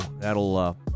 that'll